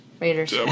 Raiders